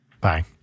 Bye